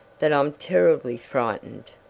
that i'm terribly frightened?